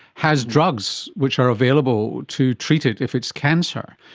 has drugs which are available to treat it if it's cancer.